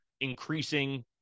increasing